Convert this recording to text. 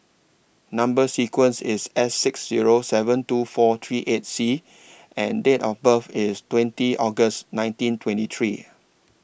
Number sequence IS S six Zero seven two four three eight C and Date of birth IS twenty August nineteen twenty three